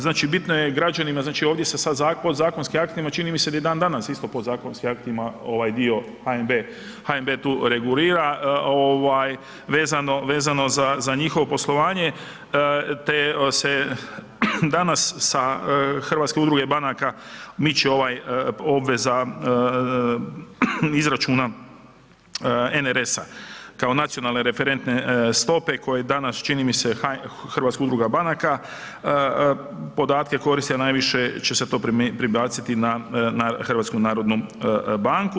Znači, bitno je građanima, znači ovdje se sada zakonskim, podzkonskim aktima, čini mi se da je i dan danas isto podzakonskim aktima ovaj dio, HNB tu regulira ovaj vezano za njihovo poslovanje te se danas sa Hrvatske udruge banaka miče ovaj obveza izračuna NRS-a kao nacionalne referentne stope koji danas čini mi se Hrvatska udruga banaka, podatke koristi, a najviše će se to prebaciti na HNB.